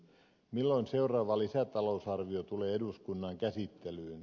milloin seuraava lisätalousarvio tulee eduskunnan käsittelyyn